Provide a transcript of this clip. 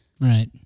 right